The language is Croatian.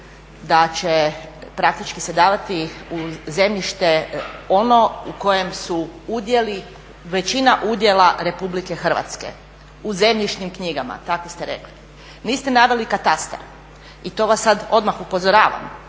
da će praktički se davati zemljište ono u kojem su većina udjela RH u zemljišnim knjigama. Niste naveli katastar i to vas sada odmah upozoravam.